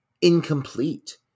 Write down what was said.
incomplete